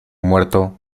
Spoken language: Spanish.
muerto